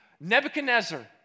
Nebuchadnezzar